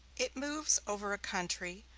it moves over a country,